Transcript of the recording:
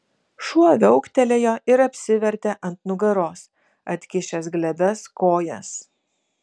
šuo viauktelėjo ir apsivertė ant nugaros atkišęs glebias kojas